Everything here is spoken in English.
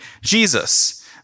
Jesus